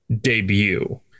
debut